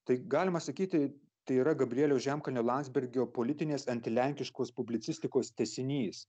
tai galima sakyti tai yra gabrieliaus žemkalnio landsbergio politinės antilenkiškos publicistikos tęsinys